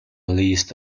list